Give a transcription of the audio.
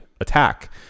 attack